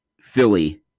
Philly